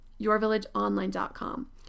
yourvillageonline.com